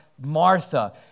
Martha